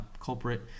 culprit